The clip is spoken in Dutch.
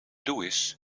louis